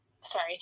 sorry